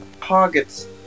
targets